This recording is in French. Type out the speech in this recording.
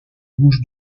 bouches